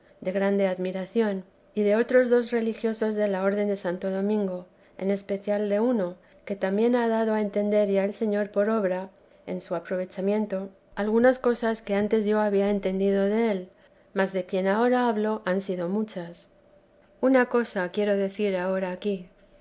de grande admiración y de otros dos religiosos de la orden de santo domingo en especial de uno que también ha dado ya a entender el señor por obra en su aprovechamiento algunas cosas que antes yo había entendido del mas de quien ahora hablo han sido muchas una cosa quiero decir ahora aquí